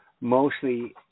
mostly